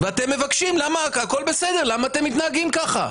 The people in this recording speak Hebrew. ואתם מבקשים - הכל בסדר, למה אתם מתנהגים ככה?